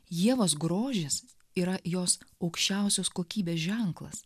ievos grožis yra jos aukščiausios kokybės ženklas